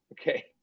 Okay